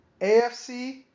AFC